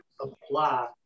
apply